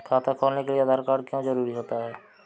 खाता खोलने के लिए आधार कार्ड क्यो जरूरी होता है?